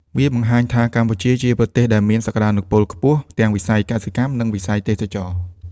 វាបង្ហាញថា កម្ពុជាជាប្រទេសដែលមានសក្តានុពលខ្ពស់ទាំងវិស័យកសិកម្ម និងវិស័យទេសចរណ៍។